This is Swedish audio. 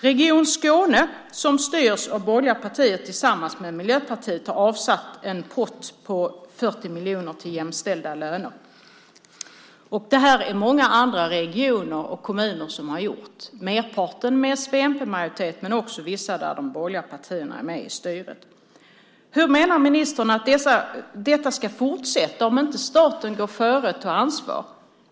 Region Skåne, som styrs av borgerliga partier tillsammans med Miljöpartiet, har avsatt en pott på 40 miljoner till jämställda löner. Det har också många andra kommuner och regioner gjort. Merparten av dem har s-v-mp-majoritet, men det finns också vissa där de borgerliga partierna är med i styret. Hur menar ministern att detta ska fortsätta om inte staten går före och tar ansvar?